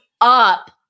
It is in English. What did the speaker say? up